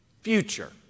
future